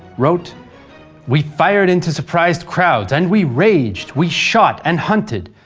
wrote we fired into surprised crowds and we raged, we shot and hunted.